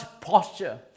posture